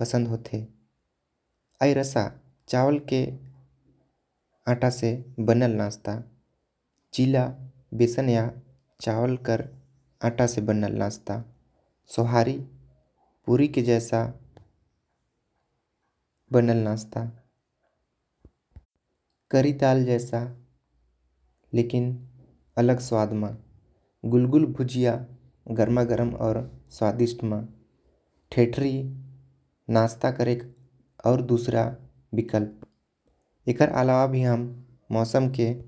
पसंद होते अरसा जो चावल के आटा। से बनल नाश्ता चिला बेसन या चावल कर आटा से बनल नाश्ता। सौहारी पूरी के जैसा बनल नाश्ता करी ताल जैसा लेकिन अलग स्वाद। म गुलगुल भुजिया गरमा गरम और स्वादिष्ट म थियेटरी नाश्ता करे। आऊ दूसरा विकल्प एकर अलावा भी आऊ हम।